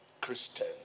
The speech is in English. Christian